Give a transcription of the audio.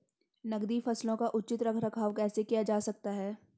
नकदी फसलों का उचित रख रखाव कैसे किया जा सकता है?